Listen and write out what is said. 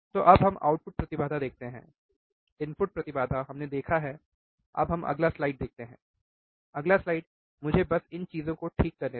तो अब हम आउटपुट प्रतिबाधा देखते हैं इनपुट प्रतिबाधा हमने देखा है अब हम अगला स्लाइड देखते हैं अगला स्लाइड मुझे बस इन चीजों को ठीक करने दें